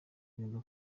neza